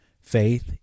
faith